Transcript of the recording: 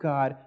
God